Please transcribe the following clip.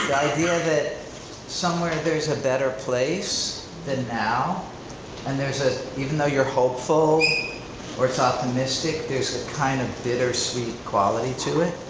idea that somewhere there's a better place than now and there's a, even though you're hopeful or it's optimistic, there's a kind of bitter sweet quality to it.